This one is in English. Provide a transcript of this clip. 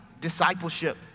discipleship